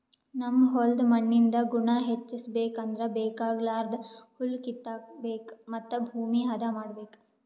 ನಮ್ ಹೋಲ್ದ್ ಮಣ್ಣಿಂದ್ ಗುಣ ಹೆಚಸ್ಬೇಕ್ ಅಂದ್ರ ಬೇಕಾಗಲಾರ್ದ್ ಹುಲ್ಲ ಕಿತ್ತಬೇಕ್ ಮತ್ತ್ ಭೂಮಿ ಹದ ಮಾಡ್ಬೇಕ್